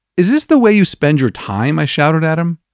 is this the way you spend your time? i shouted at him.